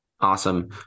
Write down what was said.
Awesome